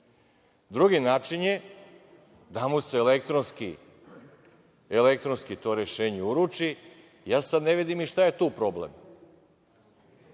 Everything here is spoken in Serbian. način je da mu se elektronski to rešenje uruči. Sada ne vidim ni šta je tu problem.